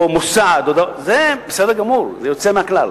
זה בסדר גמור, זה יוצא מהכלל.